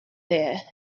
there